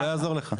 זה לא יעזור לך.